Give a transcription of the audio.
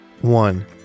One